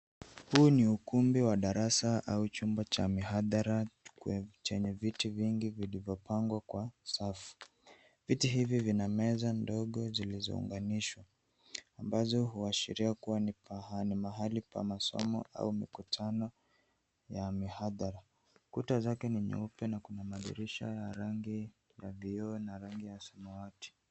Huu ni ukumbi wa darasa au chumba cha mihadhara chenye viti vingi vilivyopangwa kwa safu. Viti hivi vina meza ndogo zilizounganishwa, ambazo huashiria kuwa ni mahali pa masomo au mikutano ya mihadhara. Kuta zake ni nyeupe na kuna madirisha ya rangi ya kijivu na rangi ya samawati.